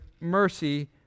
mercy